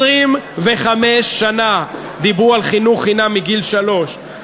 25 שנה דיברו על חינוך חינם מגיל שלוש.